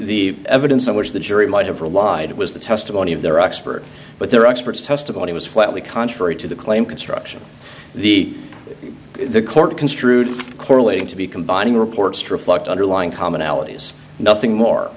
the evidence on which the jury might have relied was the testimony of their expert but their experts testimony was flatly contrary to the claim construction the the court construed correlating to be combining reports to reflect underlying commonalities nothing more